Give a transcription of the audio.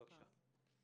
בבקשה.